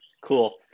Cool